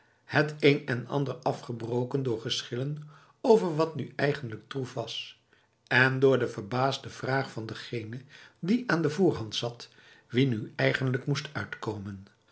het een en ander afgebroken door geschillen over wat nu eigenlijk troef was en door de verbaasde vraag van degene die aan de voorhand zat wie nu eigenlijk moest uitkomen